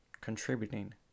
contributing